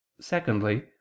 Secondly